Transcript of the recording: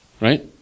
Right